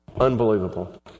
Unbelievable